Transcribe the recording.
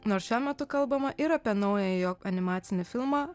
nors šiuo metu kalbama ir apie naująjį jo animacinį filmą